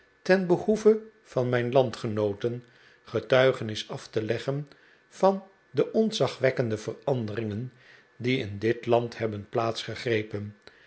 ten behoeve van mijn landgenooten getuigenis af te leggen van de dntzagwekkende veranderingen die in dit land hebben plaats gegrepen